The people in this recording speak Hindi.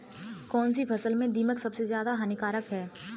कौनसी फसल में दीमक सबसे ज्यादा हानिकारक है?